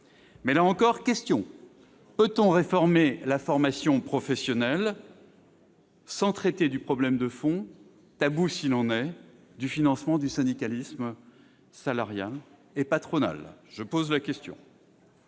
Mais là encore, une question se pose : peut-on réformer la formation professionnelle sans traiter du problème de fond, tabou s'il en est, du financement du syndicalisme salarial et patronal ? Absolument